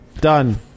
done